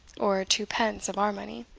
or twopence of our money.